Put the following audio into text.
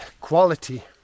quality